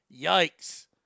Yikes